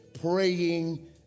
praying